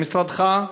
במשרדך,